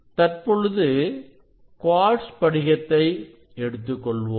தற்பொழுது குவார்ட்ஸ் படிகத்தை எடுத்துக்கொள்வோம்